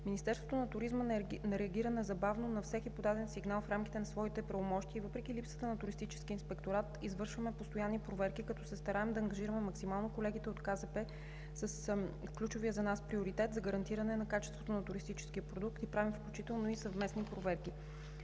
Министерството на туризма реагира незабавно на всеки подаден сигнал в рамките на своите правомощия, въпреки липсата на туристически инспекторат, извършваме постоянни проверки като се стараем да ангажираме максимално колегите от Комисията за защита на потребителите с ключовия за нас приоритет за гарантиране на качеството на туристическия продукт. Правим включително и съвместни проверки.